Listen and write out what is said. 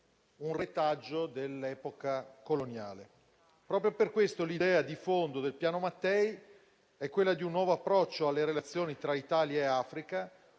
un retaggio dell'epoca coloniale. Proprio per questo, l'idea di fondo del Piano Mattei è quella di un nuovo approccio alle relazioni tra Italia e Africa,